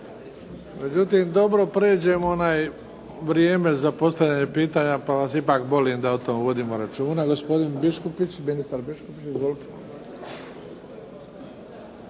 Međutim, dobro prijeđe vrijeme za postavljanje pitanja, pa vas ipak molim da o tome vodimo računa. Gospodin Biškupić. Ministar Biškupić, izvolite.